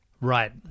right